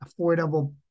affordable